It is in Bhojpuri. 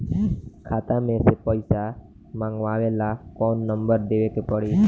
खाता मे से पईसा मँगवावे ला कौन नंबर देवे के पड़ी?